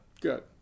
Good